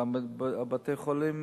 וזה נופל על בתי-החולים,